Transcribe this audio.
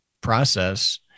process